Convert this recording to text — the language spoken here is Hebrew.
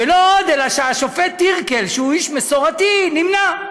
ולא עוד אלא שהשופט טירקל, שהוא איש מסורתי, נמנע.